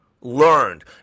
Learned